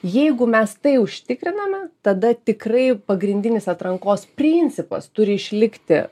jeigu mes tai užtikriname tada tikrai pagrindinis atrankos principas turi išlikti